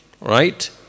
Right